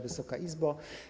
Wysoka Izbo!